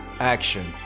Action